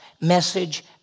message